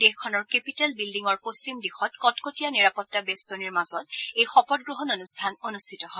দেশখনৰ কেপিটল বিল্ডিঙৰ পশ্চিম দিশত কটকটীয়া নিৰাপত্তা বেট্টনীৰ মাজত এই শপত গ্ৰহণ অনুষ্ঠান অনুষ্ঠিত হয়